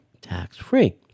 tax-free